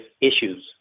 issues